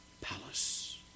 palace